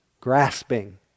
grasping